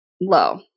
low